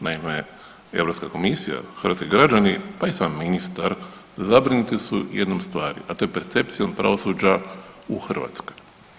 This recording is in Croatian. Naime, EU komisija, hrvatski građani, pa i sam ministar, zabrinuti su jednom stvari, a to je percepcijom pravosuđa u Hrvatskoj.